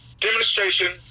demonstration